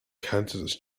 candidates